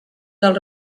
del